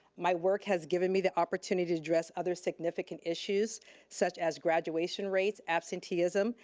my work has given me the opportunity to address other significant issues such as graduation rates, absenteeism,